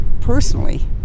personally